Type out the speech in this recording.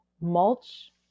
mulch